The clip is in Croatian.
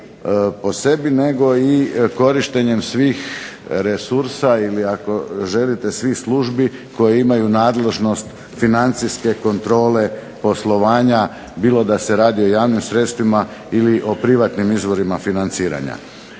nego i korištenjem svih resursa ili ako želite svih službi koje imaju nadležnost financijske kontrole poslovanja bilo da se radi o javnim sredstvima ili o privatnim izvorima financiranja.